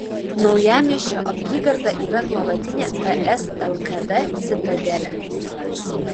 naujamiesčio apygarda yra nuolatinė ts lkd citadelė